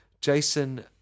Jason